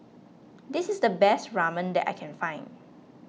this is the best Ramen that I can find